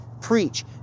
preach